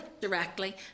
directly